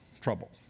trouble